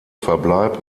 verbleib